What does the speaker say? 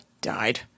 died